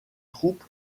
troupe